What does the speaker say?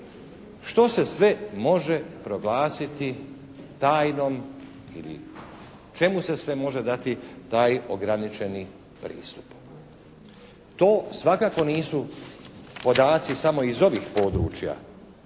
što se sve može proglasiti tajnom ili čemu se sve može dati taj ograničeni pristup. To svakako nisu podaci samo iz ovih područja